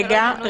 רגע.